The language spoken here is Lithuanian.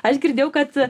aš girdėjau kad